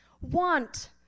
want